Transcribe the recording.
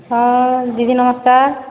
ହଁ ଦିଦି ନମସ୍କାର